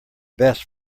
best